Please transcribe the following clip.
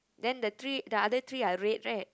then the three the other three are red right